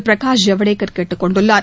பிரகாஷ் ஜவடேகர் கேட்டுக் கொண்டுள்ளார்